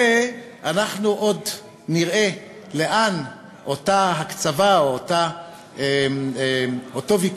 ואנחנו עוד נראה לאן אותה הקצבה או אותו ויכוח,